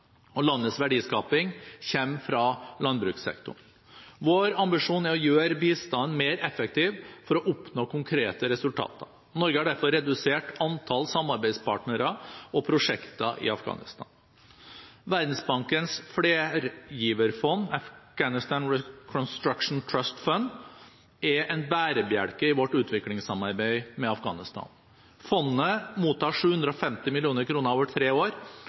og landets verdiskaping kommer fra landbrukssektoren. Vår ambisjon er å gjøre bistanden mer effektiv for å oppnå konkrete resultater. Norge har derfor redusert antall samarbeidspartnere og prosjekter i Afghanistan. Verdensbankens flergiverfond, Afghanistan Reconstruction Trust Fund, er en bærebjelke i vårt utviklingssamarbeid med Afghanistan. Fondet mottar 750 mill. kr over tre år